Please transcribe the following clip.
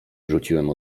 rzuciłem